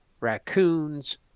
raccoons